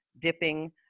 dipping